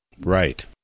Right